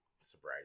Sobriety